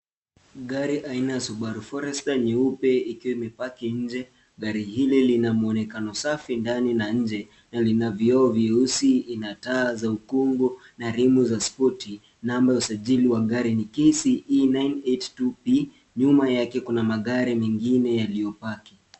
Gari aina ya Subaru Forester nyeupe ikiwa imepaki nje. Gari hili lina mwonekano safi ndani na nje na lina vioo vyeusi, ina taa za ukungu na rimu za spoti. Namba ya usajili wa gari ni KCE 982P . Nyuma yake kuna magari mengine yaliyopaki.